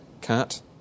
CAT